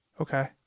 okay